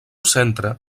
centre